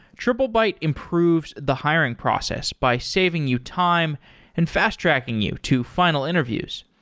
triplebyte improves the hiring process by saving you time and fast-tracking you to final interviews.